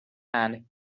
and